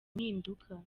impinduka